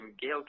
Gail